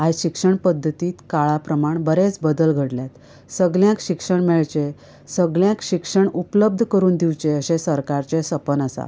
आयज शिक्षण पद्दतीक काळा प्रमाण बरेंच बदल घडल्यात सगळ्यांक शिक्षण मेळचें सगळ्यांक शिक्षण उपलब्द करून दिवचें अशें सरकाराचें सपन आसा